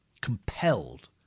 compelled